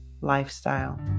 lifestyle